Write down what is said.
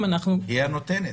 היא הנותנת.